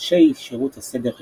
אנשי שירות הסדר היהודי,